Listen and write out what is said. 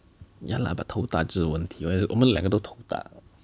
ya lah but 头大就有问题我们两个都头大